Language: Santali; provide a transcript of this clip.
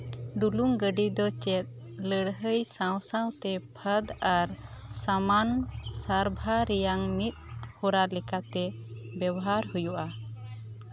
ᱰᱩᱞᱩᱝ ᱜᱟᱹᱰᱤ ᱫᱚ ᱪᱮᱫ ᱞᱟᱹᱲᱦᱟᱹᱭ ᱥᱟᱶ ᱥᱟᱶᱛᱮ ᱯᱷᱟᱹᱫᱽ ᱟᱨ ᱥᱟᱢᱟᱱ ᱥᱟᱨᱵᱷᱟ ᱨᱮᱭᱟᱝ ᱢᱤᱫ ᱦᱚᱨᱟ ᱞᱮᱠᱟᱛᱮ ᱵᱮᱵᱚᱦᱟᱨ ᱦᱳᱭᱳᱜᱼᱟ